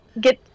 get